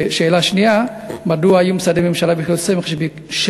2. מדוע היו משרדי ממשלה ויחידות סמך שבקרב